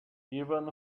even